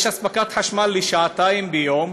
שיש אספקת חשמל לשעתיים ביום,